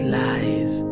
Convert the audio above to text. lies